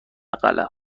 قلم